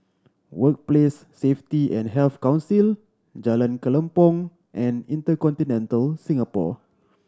Workplace Safety and Health Council Jalan Kelempong and InterContinental Singapore